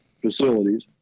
facilities